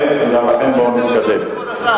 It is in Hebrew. לא, חס וחלילה.